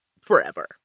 forever